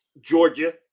Georgia